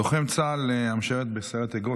לוחם צה"ל המשרת בסיירת אגוז,